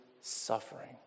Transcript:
suffering